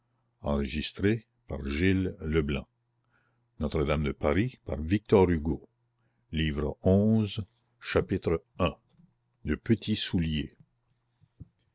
une paire de petits souliers